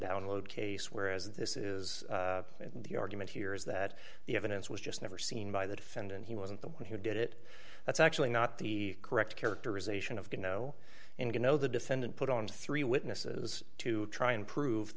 download case whereas this is the argument here is that the evidence was just never seen by the defendant he wasn't the one who did it that's actually not the correct characterization of god no and you know the defendant put on three witnesses to try and prove